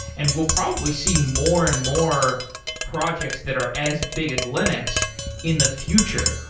and we'll probably see more and more projects that are as big as linux in the future.